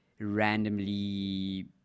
randomly